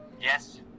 Yes